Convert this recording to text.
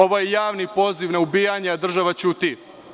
Ovo je javni poziv na ubijanje, a država ćuti.